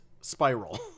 spiral